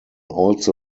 also